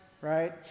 right